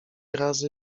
razy